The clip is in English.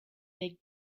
big